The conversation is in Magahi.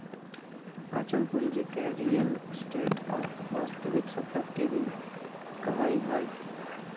अचल पूंजी के रीयल एस्टेट और वास्तविक सम्पत्ति भी कहइ हइ